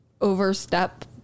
overstep